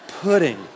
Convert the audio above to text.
pudding